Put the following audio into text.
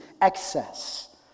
excess